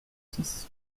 six